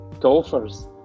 golfers